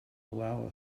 allow